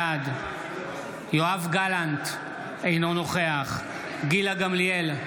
בעד יואב גלנט, אינו נוכח גילה גמליאל,